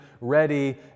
Ready